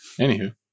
Anywho